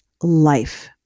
life